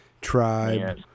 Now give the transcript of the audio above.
Tribe